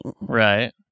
Right